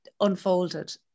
unfolded